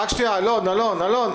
אני שואלת.